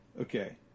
Okay